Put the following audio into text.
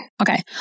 Okay